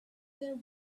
there